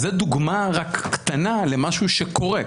אז זו דוגמא קטנה למשהו שקורה.